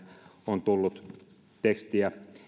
on tullut tekstiä